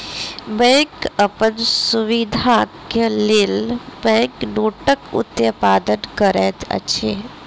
bank अपन सुविधाक लेल बैंक नोटक उत्पादन करैत अछि